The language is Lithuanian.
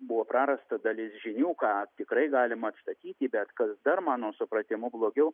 buvo prarasta dalis žinių ką tikrai galima atstatyti bet kas dar mano supratimu blogiau